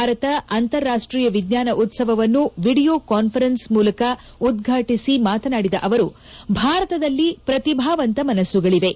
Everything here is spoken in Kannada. ಭಾರತ ಅಂತಾರಾಷ್ಷೀಯ ವಿಜ್ಞಾನ ಉತ್ಸವವನ್ನು ವಿಡಿಯೋ ಕಾನ್ಪರೆನ್ಸ್ ಮೂಲಕ ಉದ್ವಾಟಿಸಿ ಮಾತನಾಡಿದ ಅವರು ಭಾರತದಲ್ಲಿ ಪ್ರತಿಭಾವಂತ ಮನಸ್ಸುಗಳಿವೆ